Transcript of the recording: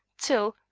till,